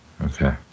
Okay